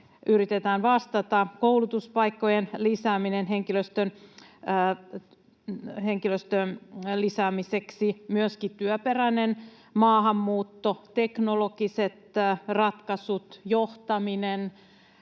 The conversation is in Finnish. yritetään vastata. On koulutuspaikkojen lisääminen henkilöstön lisäämiseksi, myöskin työperäinen maahanmuutto, teknologiset ratkaisut, johtaminen,